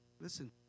listen